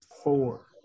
Four